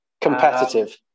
competitive